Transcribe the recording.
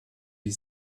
die